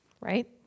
right